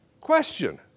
Question